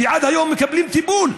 שעד היום מקבלים טיפול.